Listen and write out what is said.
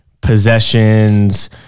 possessions